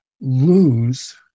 lose